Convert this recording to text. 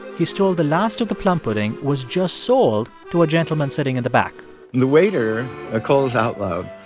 he's told the last of the plum pudding was just sold to a gentleman sitting in the back and the waiter ah calls out loud,